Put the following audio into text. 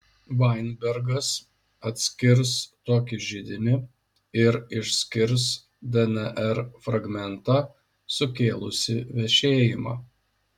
vainbergas atskirs tokį židinį ir išskirs dnr fragmentą sukėlusį vešėjimą